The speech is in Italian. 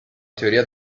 teoria